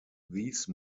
these